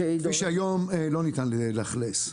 כפי שהיא היום לא ניתן לאכלס.